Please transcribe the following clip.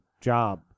job